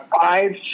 five